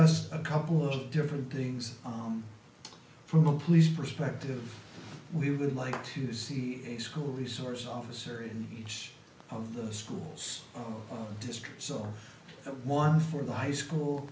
cost a couple of different things on from a police perspective we would like to see a school resource officer in each of the schools districts so one for the high school